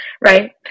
right